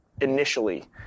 initially